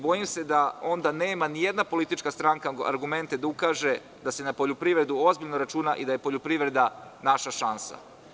Bojim se da onda nema ni jedna politička stranka argumente da ukaže da se na poljoprivredu ozbiljno računa i da je poljopriveda naša šansa.